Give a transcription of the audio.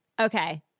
Okay